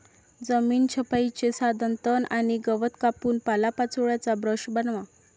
जमीन छपाईचे साधन तण आणि गवत कापून पालापाचोळ्याचा ब्रश बनवा